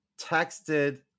texted